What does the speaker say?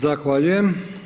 Zahvaljujem.